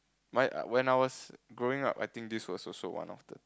my when I was growing up I think this was also one of the